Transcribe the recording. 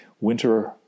Winter